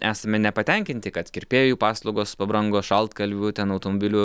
esame nepatenkinti kad kirpėjų paslaugos pabrango šaltkalvių ten automobilių